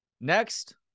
Next